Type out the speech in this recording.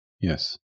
Yes